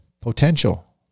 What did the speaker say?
potential